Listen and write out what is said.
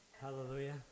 Hallelujah